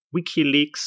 Wikileaks